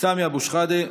סמי אבו שחאדה,